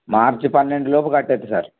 మార్చి పన్నెండు లోపు కట్టేస్తాను సార్